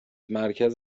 مرکز